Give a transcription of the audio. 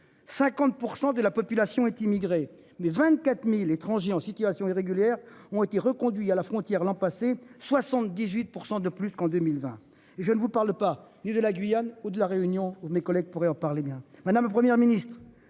50% de la population est immigrée mais 24.000 étrangers en situation irrégulière ont été reconduits à la frontière l'an passé, 78% de plus qu'en 2020 je ne vous parle pas ni de la Guyane ou de la Réunion ou mes collègues pourrait en parler bien